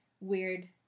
weird